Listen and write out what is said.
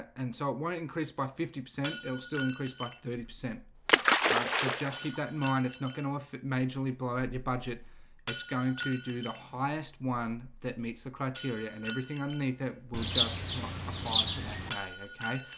and so it won't increase by fifty percent it was still increase by thirty percent all right, so just keep that in mind it's not gonna fit majorly blow your budget it's going to do the highest one that meets the criteria and everything underneath. it will just not apply for that day okay,